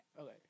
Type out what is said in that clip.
Okay